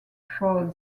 for